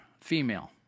female